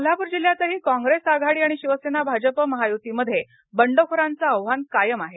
कोल्हापूर जिल्ह्यातही कॉंग्रेस आघाडी आणि शिवसेना भाजप महायुतीमध्ये बंडखोरांचं आव्हान कायम आहे